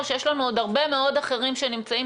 או שיש לנו עוד הרבה מאוד אחרים שנמצאים